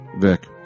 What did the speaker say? Vic